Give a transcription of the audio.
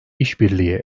işbirliği